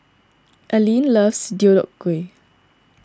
Aleen loves Deodeok Gui